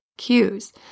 cues